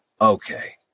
okay